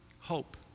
hope